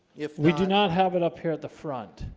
if we do not have it up here at the front,